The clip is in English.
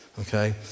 Okay